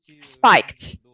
spiked